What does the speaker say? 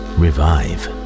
revive